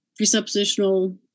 presuppositional